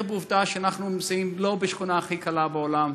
בעובדה שאנחנו נמצאים לא בשכונה הכי קלה בעולם,